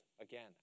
again